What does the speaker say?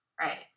Right